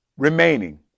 remaining